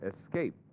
Escape